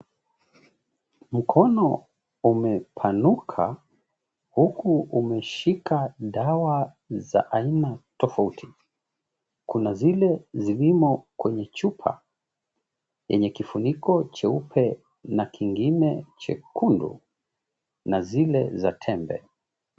Mkono umepanuka huku umeshika dawa za aina tofauti. Kuna zile zilimo kwenye chupa yenye kifuniko cheupe na kingine chekundu, na zile za tembe.